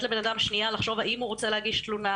לבן אדם שנייה לחשוב האם הוא רוצה להגיש תלונה.